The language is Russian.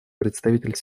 представитель